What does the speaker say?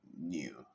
new